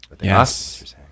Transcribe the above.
Yes